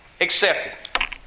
accepted